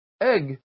egg